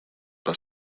but